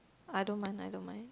I don't mind I don't mind